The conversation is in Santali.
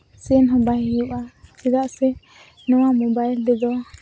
ᱥᱮᱱ ᱦᱚᱸ ᱵᱟᱭ ᱦᱩᱭᱩᱜᱼᱟ ᱪᱮᱫᱟᱜ ᱥᱮ ᱱᱚᱣᱟ ᱢᱳᱵᱟᱭᱤᱞ ᱨᱮᱫᱚ